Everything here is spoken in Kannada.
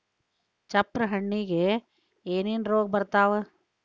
ಚಪ್ರ ಹಣ್ಣಿಗೆ ಏನೇನ್ ರೋಗ ಬರ್ತಾವ?